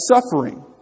suffering